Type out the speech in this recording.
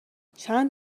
چند